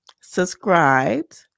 subscribed